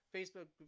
Facebook